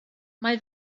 mae